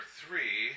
three